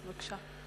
בבקשה.